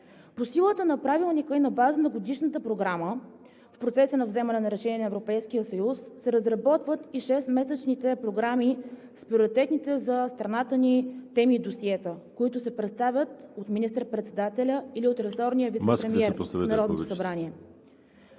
По силата на Правилника на база на Годишната програма в процеса на вземане на решения на Европейския съюз се разработват и 6-месечните програми с приоритетните за страната ни теми и досиета, които се представят от министър-председателя или от ресорния вицепремиер в Народното събрание.